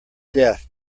death